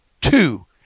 two